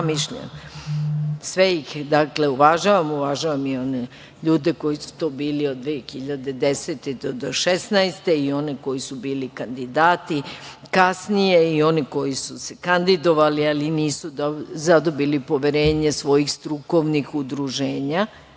zamišljeno. Sve ih uvažavam, uvažavam i one ljude koji su to bili od 2010. do 2016. godine i one koji su bili kandidati kasnije i oni koji su se kandidovali, ali nisu zadobili poverenje svojih strukovnih udruženja.